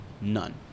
None